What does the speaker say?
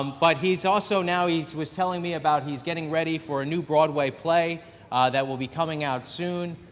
um but, he's also now he's was telling me about he's getting ready for a new broadway play, and that will be coming out soon,